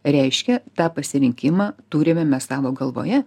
reiškia tą pasirinkimą turime mes savo galvoje